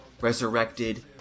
resurrected